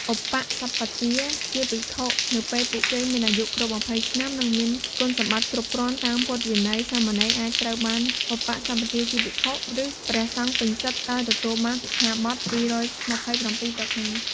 ឧបសម្បទាជាភិក្ខុ នៅពេលពួកគេមានអាយុគ្រប់ ២០ ឆ្នាំ និងមានគុណសម្បត្តិគ្រប់គ្រាន់តាមពុទ្ធវិន័យ សាមណេរអាចត្រូវបាន ឧបសម្បទាជាភិក្ខុ ឬព្រះសង្ឃពេញសិទ្ធិ ដោយទទួលបានសិក្ខាបទ ២២៧ ប្រការ។